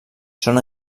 són